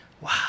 Wow